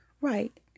right